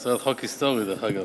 זה צריך להיות חוק היסטורי, דרך אגב.